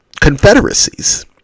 confederacies